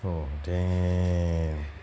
oh damn